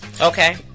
Okay